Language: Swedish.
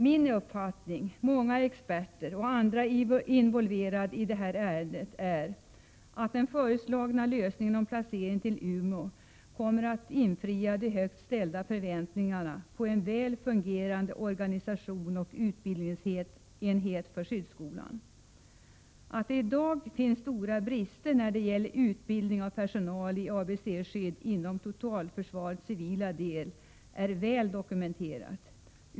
Min uppfattning, liksom många experters och andra involverades, är att den föreslagna lösningen med placering till Umeå kommer att infria de högt ställda förväntningarna på en väl fungerande organisation och utbildningsenhet för skyddsskolan. Att det i dag finns stora brister när det gäller utbildning av personal i ABC-skyddet inom totalförsvarets civila del är väl dokumenterat.